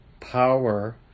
power